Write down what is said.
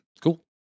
cool